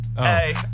Hey